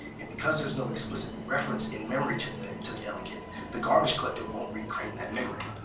and because there is no explicit reference in memory to the to the delegate the garbage collector won't recreating that memory.